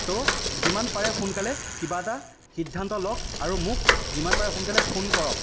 তো যিমান পাৰে সোনকালে কিবা এটা সিদ্ধান্ত লওক আৰু মোক যিমান পাৰে সোনকালে ফোন কৰক